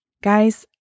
Guys